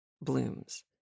blooms